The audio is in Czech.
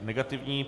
Negativní.